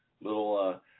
little